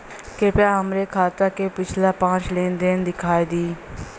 कृपया हमरे खाता क पिछला पांच लेन देन दिखा दी